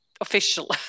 official